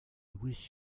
wish